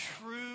true